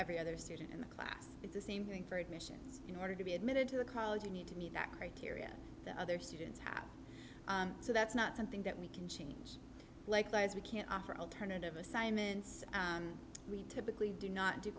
every other student in the class it's the same thing for admissions in order to be admitted to a college you need to meet that criteria the other students have so that's not something that we can change likewise we can't offer alternative assignments we typically do not do